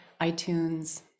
iTunes